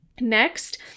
Next